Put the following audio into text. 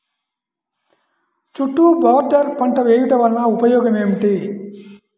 చుట్టూ బోర్డర్ పంట వేయుట వలన ఉపయోగం ఏమిటి?